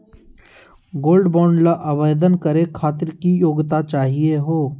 Gold bond ल आवेदन करे खातीर की योग्यता चाहियो हो?